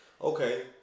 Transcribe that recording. okay